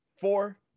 four